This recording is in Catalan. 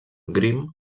grimm